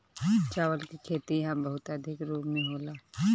चावल के खेती इहा बहुते अधिका रूप में होला